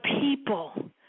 people